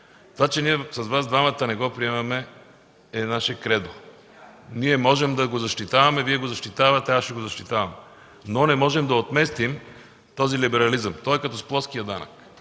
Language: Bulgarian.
Това, че ние с Вас двамата не го приемаме, е наше кредо. Ние можем да го защитаваме, Вие го защитавате, аз ще го защитавам, но не можем да отместим този либерализъм. Той е като с плоския данък.